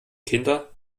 kinder